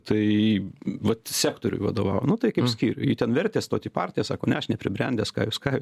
tai vat sektoriui vadovavo nu tai kaip skyriui ten vertė stot į partiją sako ne aš nepribrendęs ką jūs ką jūs